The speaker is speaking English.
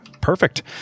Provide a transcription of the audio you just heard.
perfect